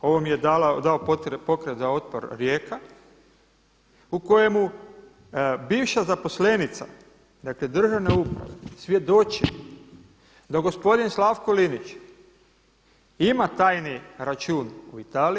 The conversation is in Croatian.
Ovo mi je dao Pokret za otpor Rijeka u kojemu bivša zaposlenica dakle državne uprave svjedoči da gospodin Slavko Linić ima tajni račun u Italiji.